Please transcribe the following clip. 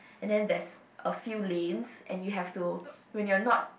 and then there's a few lanes and you have to when you're not